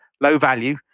low-value